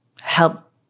help